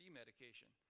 medication